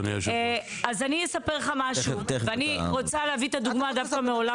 אני אספר לך משהו ואני רוצה להביא את הדוגמה דווקא מעולם